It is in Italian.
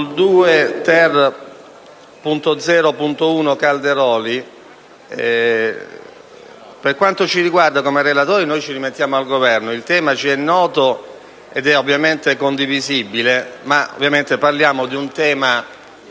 Il tema ci è noto ed è ovviamente condivisibile; ma parliamo di un tema